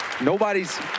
Nobody's